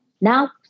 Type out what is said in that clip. Now